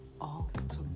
Ultimate